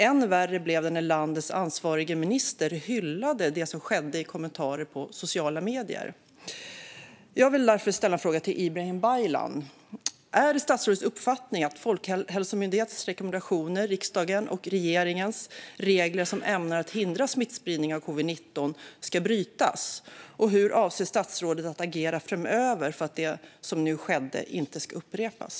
Än värre blev det när landets ansvarige minister i kommentarer i sociala medier hyllade det som skedde. Jag vill ställa en fråga till Ibrahim Baylan. Är det statsrådets uppfattning att Folkhälsomyndighetens rekommendationer och riksdagens och regeringens regler, som är ämnade att hindra smittspridning av covid-19, ska brytas? Hur avser statsrådet att agera framöver för att det som skedde inte ska upprepas?